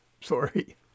Sorry